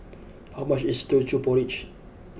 how much is Teochew Porridge